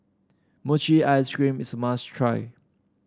Mochi Ice Cream is a must try